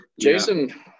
Jason